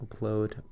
upload